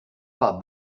pas